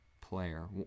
player